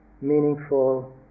meaningful